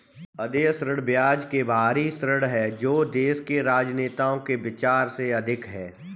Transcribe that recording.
अदेय ऋण ब्याज के साथ बाहरी ऋण है जो देश के राजनेताओं के विचार से अधिक है